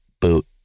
boot